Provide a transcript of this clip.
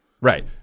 right